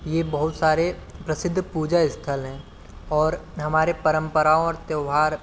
ये बहुत सारे प्रसिद्ध पूजा स्थल हैं और हमारे परम्पराओं और त्यौहार